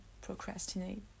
procrastinate